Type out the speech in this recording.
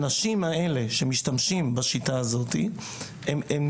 ראינו שהאנשים האלה שמשתמשים בשיטה הזו נכנסים,